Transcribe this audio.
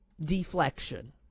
deflection